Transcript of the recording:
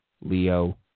Leo